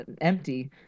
empty